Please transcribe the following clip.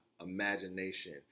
imagination